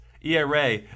ERA